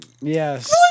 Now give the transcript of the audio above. Yes